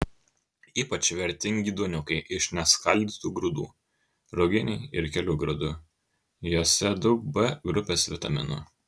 ypač vertingi duoniukai iš neskaldytų grūdų ruginiai ir kelių grūdų juose daug b grupės vitaminų